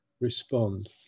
respond